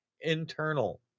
internal